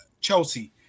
Chelsea